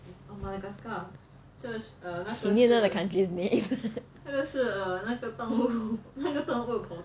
you need to know the country's name